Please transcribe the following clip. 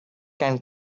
can